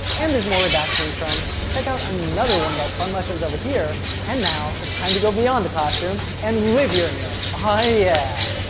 and there's more where that came from. check out another one of our fun lessons over here. and, now it's time to go beyond the classroom, and live your english! aww yeah!